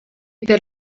per